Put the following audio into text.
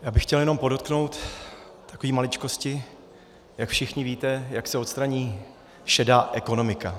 Já bych chtěl jenom podotknout takové maličkosti, jak všichni víte, jak se odstraní šedá ekonomika.